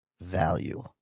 value